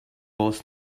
was